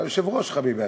אתה היושב-ראש, חביבי.